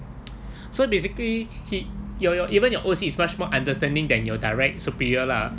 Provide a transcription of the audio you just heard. so basically he your your even your O_C is much more understanding than your direct superior lah